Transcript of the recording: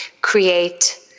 create